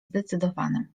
zdecydowanym